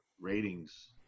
ratings